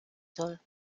soll